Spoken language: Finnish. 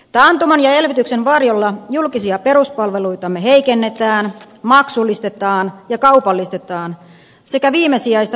taantuman ja elvytyksen varjolla julkisia peruspalveluitamme heiken netään maksullistetaan ja kaupallistetaan sekä viimesijaista perusturvaamme leikataan